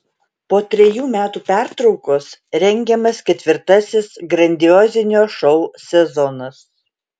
po trejų metų pertraukos rengiamas ketvirtasis grandiozinio šou sezonas